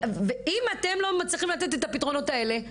ואם אתם לא מצליחים לתת את הפתרונות האלה,